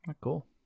cool